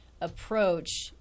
approach